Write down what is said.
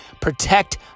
protect